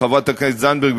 חברת הכנסת זנדברג,